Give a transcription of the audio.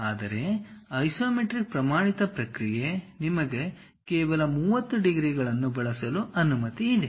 ಆದರೆ ಐಸೊಮೆಟ್ರಿಕ್ನ ಪ್ರಮಾಣಿತ ಪ್ರಕ್ರಿಯೆ ನಿಮಗೆ ಕೇವಲ 30 ಡಿಗ್ರಿಗಳನ್ನು ಬಳಸಲು ಅನುಮತಿ ಇದೆ